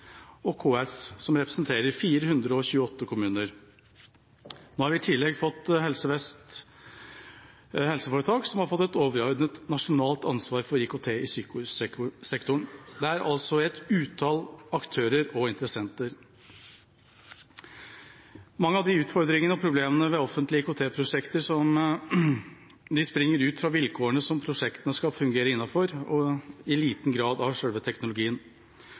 er KS, som representerer 428 kommuner. Nå har vi i tillegg fått Helse Vest RHF, som har fått et overordnet nasjonalt ansvar for IKT i sykehussektoren. Det er altså et utall aktører og interessenter. Mange av utfordringene og problemene ved offentlige IKT-prosjekter springer ut av vilkårene som prosjektene skal fungere innenfor, og i liten grad av